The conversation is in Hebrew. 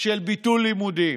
של ביטול לימודים.